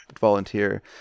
volunteer